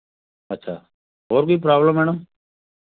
अच्छा और कोई प्रॉब्लम मैडम